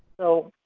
so,